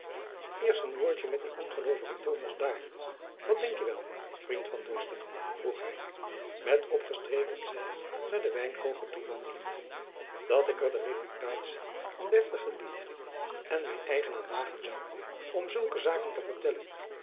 eerst een woordtjen met dien ongeloovigen thomas daar wat denkje wel vriend van dorsten vroeg hy met opgestreken zeil naar den wijnkooper toewandelende dat ik er de reputatie van deftige lieden en mijn eigen aan wagen zoû om zulke zaken te vertellen